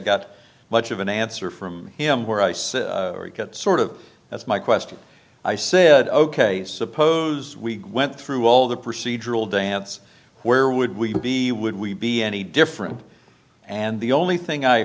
got much of an answer from him where i said that sort of that's my question i said ok suppose we went through all the procedural dance where would we be would we be any different and the only thing i